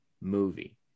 movie